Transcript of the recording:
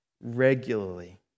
regularly